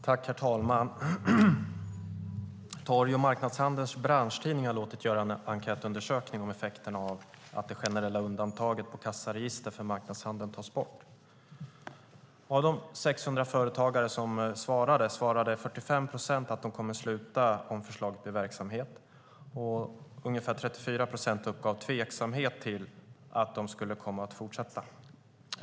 Herr talman! Torg och marknadshandelns branschtidning har låtit göra en enkätundersökning om effekterna av att det generella undantaget från skyldigheten att ha kassaregister för marknadshandeln tas bort. Av de 600 företagare som svarade var det 45 procent som svarade att de kommer att sluta om förslaget blir verklighet och ungefär 34 procent som uppgav tveksamhet till att de skulle komma att fortsätta.